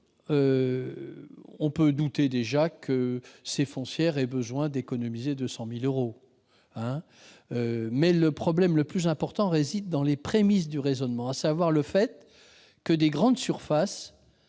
l'on peut douter que ces foncière aient besoin d'économiser 200 000 euros, le principal écueil réside dans les prémices du raisonnement, à savoir le fait que des grandes surfaces